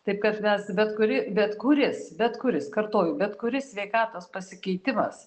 taip kad mes bet kuri bet kuris bet kuris kartoju bet kuris sveikatos pasikeitimas